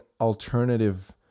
alternative